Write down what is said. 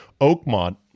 Oakmont